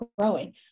growing